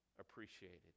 appreciated